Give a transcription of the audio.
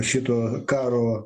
šito karo